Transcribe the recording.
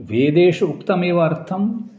वेदेषु उक्तः एव अर्थः